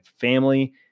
family